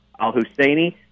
al-Husseini